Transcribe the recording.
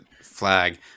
flag